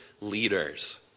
leaders